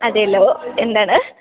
അതേലോ എന്താണ്